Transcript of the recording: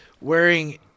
wearing